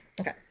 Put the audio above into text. Okay